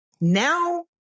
Now